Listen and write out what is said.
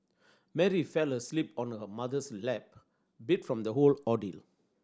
Mary fell asleep on her mother's lap beat from the whole ordeal